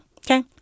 Okay